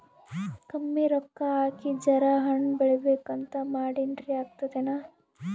ಕಮ್ಮಿ ರೊಕ್ಕ ಹಾಕಿ ಜರಾ ಹಣ್ ಬೆಳಿಬೇಕಂತ ಮಾಡಿನ್ರಿ, ಆಗ್ತದೇನ?